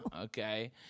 okay